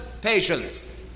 patience